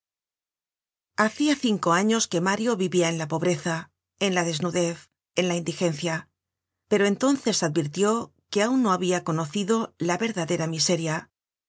hacia cinco años que mario vivia en la pobreza en la desnudez en la indigencia pero entonces advirtió que aun no habia conocido la verdadera miseria